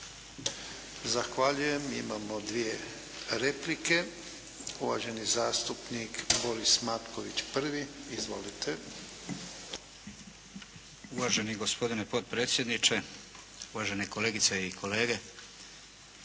Zahvaljujem. Imamo dvije replike. Uvaženi zastupnik Boris Matković, prvi. Izvolite. **Matković, Borislav (HDZ)** Uvaženi gospodine potpredsjedniče, uvažene kolegice i kolege,